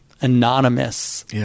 anonymous